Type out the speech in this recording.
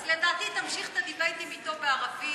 אז לדעתי תמשיך את ה"דיבייטים" אתו בערבית,